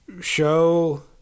show